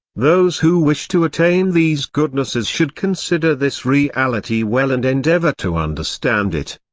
those who wish to attain these goodnesses should consider this reality well and endeavor to understand it.